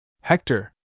Hector